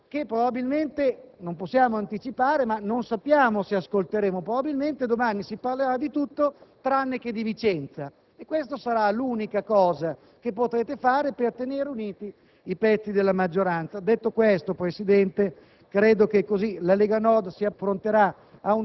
che probabilmente non possiamo anticipare, ma non sappiamo se ascolteremo. Probabilmente, domani si parlerà di tutto, tranne che di Vicenza e questa sarà l'unica cosa che potrete fare per tenere uniti i pezzi della maggioranza. Detto questo, Presidente, credo che la Lega Nord si appronterà